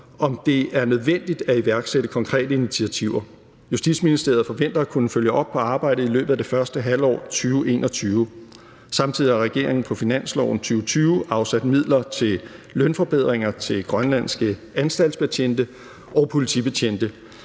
om det er nødvendigt at iværksætte konkrete initiativer. Justitsministeriet forventer at kunne følge op på arbejdet i løbet af første halvår 2021. Samtidig har regeringen på finansloven 2020 afsat midler til lønforbedringer til grønlandske anstaltsbetjente og politibetjente.